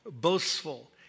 boastful